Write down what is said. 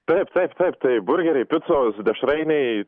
taip taip taip tai burgeriai picos dešrainiai